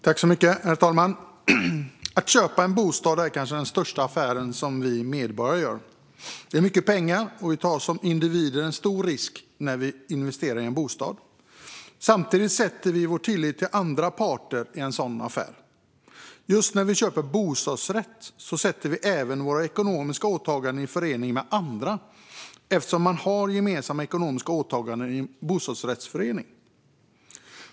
Herr talman! Att köpa en bostad är kanske den största affär vi medborgare gör. Det är mycket pengar, och vi tar som individer en stor risk när vi investerar i en bostad. Samtidigt sätter vi vår tillit till andra parter i en sådan affär. Just när vi köper bostadsrätt sätter vi även våra ekonomiska åtaganden i förening med andras eftersom man har gemensamma ekonomiska åtaganden i en bostadsrättsförening.